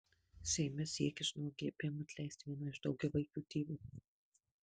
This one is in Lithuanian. seime siekis nuo gpm atleisti vieną iš daugiavaikių tėvų